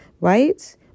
Right